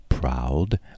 proud